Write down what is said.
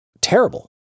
terrible